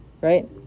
right